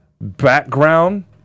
background